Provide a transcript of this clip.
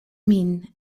min